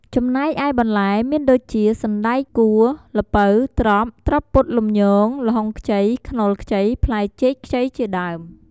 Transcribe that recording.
ចំណែកឯបន្លែមានដូចជា សណ្ដែកកួរ ល្ពៅ ត្រប់ ត្រប់ពុតលំញង ល្ហុងខ្ចី ខ្នុរខ្ចី ផ្លែចេកខ្ចីជាដើម។